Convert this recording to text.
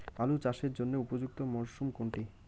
আলু চাষের জন্য উপযুক্ত মরশুম কোনটি?